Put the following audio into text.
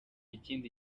ikindi